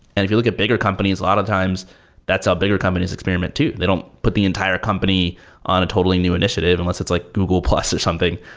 if you look at bigger companies, a lot of times that's how bigger companies experiment too. they don't put the entire company on a totally new initiative unless it's like google plus or something.